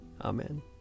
Amen